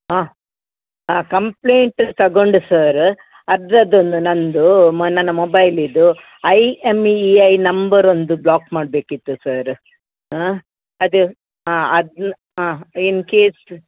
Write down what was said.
ಹಾಂ ಹಾಂ ಕಂಪ್ಲೇಂಟ್ ತಗೊಂಡು ಸರ್ ಅದ್ರದ್ದು ಒಂದು ನಂದು ಮ ನನ್ನ ಮೊಬೈಲಿದು I M E I number ಒಂದು ಬ್ಲಾಕ್ ಮಾಡಬೇಕಿತ್ತು ಸರ್ ಅದೇ ಹಾಂ ಅದ್ನ ಹಾಂ ಇನ್ಕೇಸ್